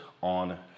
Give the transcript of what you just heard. on